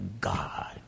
God